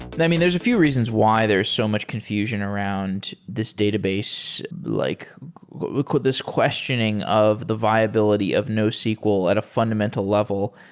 and i mean, there's a few reasons why there is so much confusion around this database, like this questioning of the viability of nosql at a fundamental level.